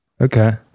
Okay